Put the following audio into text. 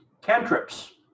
cantrips